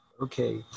Okay